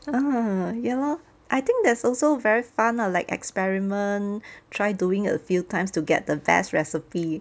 ah ya lor I think that's also very fun lah like experiment try doing a few times to get the best recipe